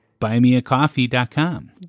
buymeacoffee.com